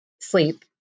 sleep